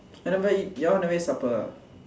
and never eat you all never eat supper ah